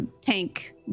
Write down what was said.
tank